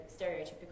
stereotypical